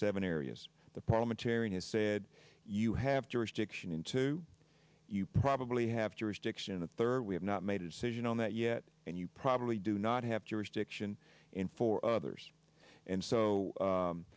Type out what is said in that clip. has said you have to restriction in two you probably have to restriction the third we have not made a decision on that yet and you probably do not have jurisdiction in four others and so